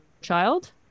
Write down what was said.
child